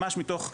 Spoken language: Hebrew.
ממש מתוך,